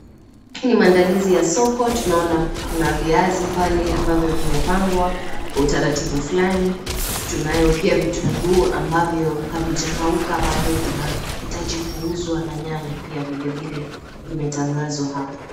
Hii ni mandalizi ya soko, tunaona kuna viazi pale ambavyo zimepangwa kwa utaratibu fulani tunayo pia vitunguu ambavyo havijakauka ambavyo vinaitaji kuhuswa na nyanya pia vile vile zimetangazwa hapo.